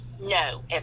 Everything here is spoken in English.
No